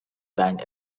band